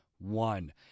one